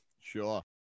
Sure